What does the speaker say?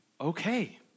okay